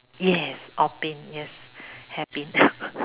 yes orh pin yes hairpin